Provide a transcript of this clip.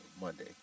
Monday